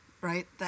right